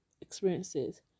experiences